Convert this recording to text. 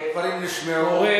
הדברים נשמעו,